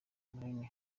munini